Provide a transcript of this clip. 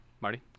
Marty